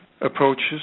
Approaches